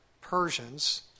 Persians